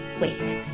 wait